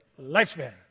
lifespan